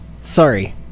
Sorry